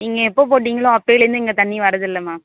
நீங்கள் எப்போ போட்டிங்களோ அப்போயிலேருந்து இங்கே தண்ணி வரதில்ல மேம்